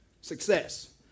Success